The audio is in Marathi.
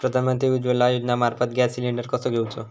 प्रधानमंत्री उज्वला योजनेमार्फत गॅस सिलिंडर कसो घेऊचो?